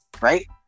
right